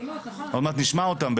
עוד מעט נשמע אותם.